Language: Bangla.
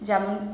যেমন